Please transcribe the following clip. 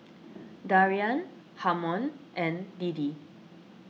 Darian Harmon and Deedee